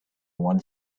one